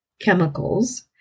chemicals